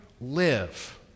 live